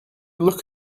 look